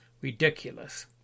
Ridiculous